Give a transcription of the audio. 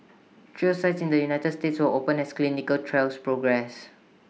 trial sites in the united states will open as clinical trials progress